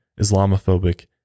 Islamophobic